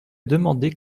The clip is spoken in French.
demandé